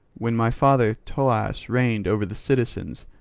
when my father thoas reigned over the citizens,